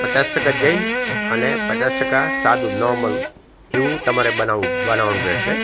પચાસ ટકા જૈન અને પચાસ ટકા સાદું નોર્મલ એવું તમારે બનાવું બનાવાનું રહેશે